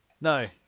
no